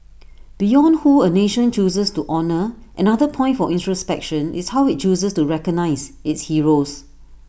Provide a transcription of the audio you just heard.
beyond who A nation chooses to honour another point for introspection is how IT chooses to recognise its heroes